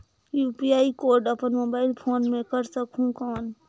UPI code अपन mobile phone मे कर सकहुं कौन?